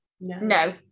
no